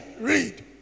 Read